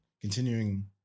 continuing